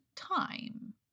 time